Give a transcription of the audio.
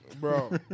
Bro